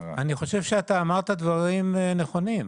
אני חושב שאתה אמרת דברים נכונים.